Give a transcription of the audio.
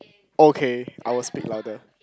okay I will speak louder